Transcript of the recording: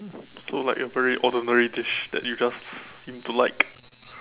look like a very ordinary dish that you just seem to like